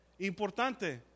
importante